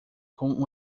com